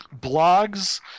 blogs